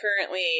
currently